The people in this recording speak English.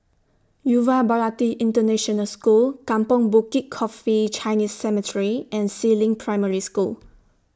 Yuva Bharati International School Kampong Bukit Coffee Chinese Cemetery and Si Ling Primary School